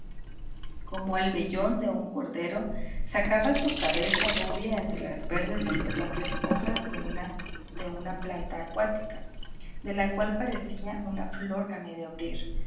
como el vellón de un cordero sacaba su cabeza rubia entre las verdes y flotantes hojas de un planta acuática de la cual parecía una flor a medio abrir